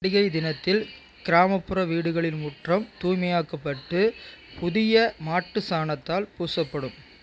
பண்டிகை தினத்தில் கிராமப்புற வீடுகளின் முற்றம் தூய்மையாக்கப்பட்டு புதிய மாட்டு சாணத்தால் பூசப்படும்